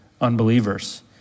unbelievers